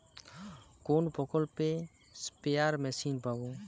কোন প্রকল্পে spare machine পাব?